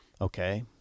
Okay